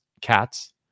cats